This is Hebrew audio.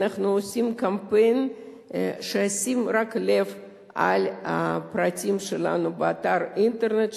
אנחנו עושים קמפיין שרק ישים לב לפרטים שלנו באתר אינטרנט,